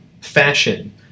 fashion